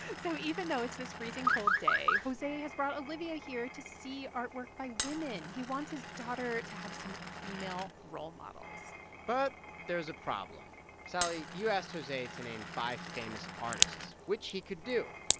so even though it's this freezing-cold day, jose has brought olivia here to see artwork by women. he wants his daughter to have some female role models but there's a problem. sally, you asked jose to name five famous artists, which he could do.